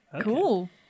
Cool